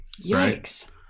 Yikes